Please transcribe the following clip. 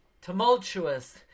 tumultuous